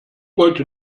wollte